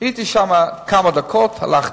הייתי שם כמה דקות והלכתי.